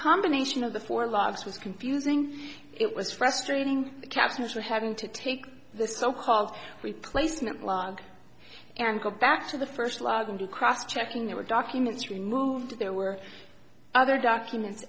combination of the four logs was confusing it was frustrating the captors were having to take the so called replacement logs and go back to the first logon to cross checking their documents removed there were other documents